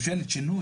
ממשלת שינוי?